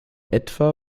etwa